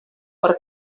per